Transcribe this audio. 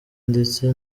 ndetse